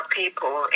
people